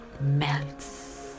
melts